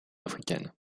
africaine